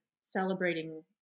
celebrating